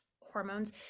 hormones